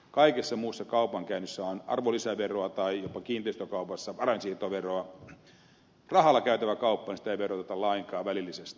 kaikessa muussa kaupankäynnissä on arvonlisäveroa tai jopa kiinteistökaupassa varainsiirtoveroa rahalla käytävää kauppaa ei veroteta lainkaan välillisesti